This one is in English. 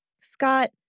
Scott